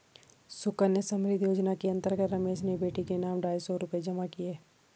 सुकन्या समृद्धि योजना के अंतर्गत रमेश ने बेटी के नाम ढाई सौ रूपए जमा किए